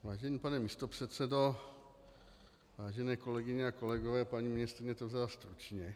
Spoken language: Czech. Vážený pane místopředsedo, vážené kolegyně a kolegové, paní mistryně to vzala stručně.